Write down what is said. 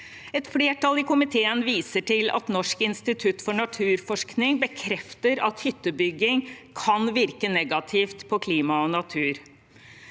Et flertall i komiteen viser til at Norsk institutt for naturforskning bekrefter at hyttebygging kan virke negativt på klima og natur.